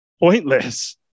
pointless